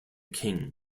king